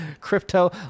Crypto